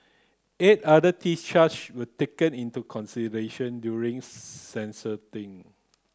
eight other theft charge were taken into consideration during